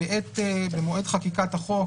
במועד חקיקת החוק,